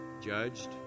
judged